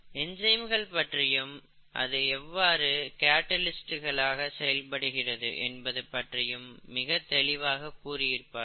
என்சைம்கள் பற்றியும் அது எவ்வாறு கேட்டலிஸ்டுகளாக செயல்படுகிறது என்பது பற்றியும் மிகத் தெளிவாக கூறியிருப்பார்கள்